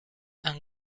and